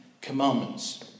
Commandments